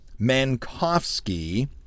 mankovsky